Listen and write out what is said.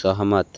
सहमत